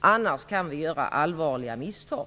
Annars kan vi göra allvarliga misstag.